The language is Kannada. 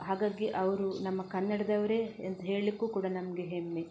ಹಾಗಾಗಿ ಅವರು ನಮ್ಮ ಕನ್ನಡದವರೇ ಅಂತ್ ಹೇಳಲಿಕ್ಕೂ ಕೂಡ ನಮಗೆ ಹೆಮ್ಮೆ